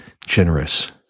generous